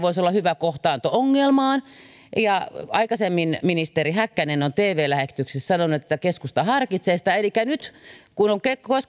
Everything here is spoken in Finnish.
voisi olla hyvä kohtaanto ongelmaan ja aikaisemmin ministeri häkkänen on tv lähetyksessä sanonut että kokoomus harkitsee sitä nyt kun on